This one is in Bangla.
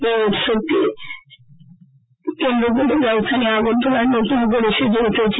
এই উৎসবকে কেন্দ্র করে রাজধানী আগরতলা নতুন করে সেজে উঠেছে